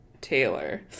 Taylor